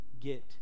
get